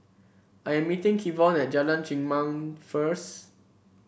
I am meeting Kevon at Jalan Chengam first